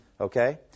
Okay